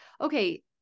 okay